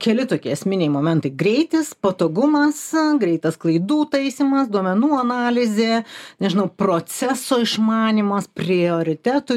keli tokie esminiai momentai greitis patogumas greitas klaidų taisymas duomenų analizė nežinau proceso išmanymas prioritetų